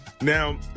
Now